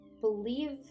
believe